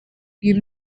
you